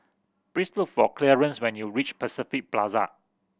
please look for Clearence when you reach Pacific Plaza